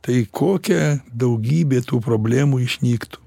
tai kokia daugybė tų problemų išnyktų